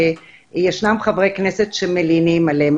שישנם חברי כנסת שמלינים עליהם.